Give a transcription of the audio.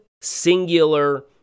singular